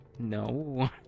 No